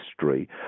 history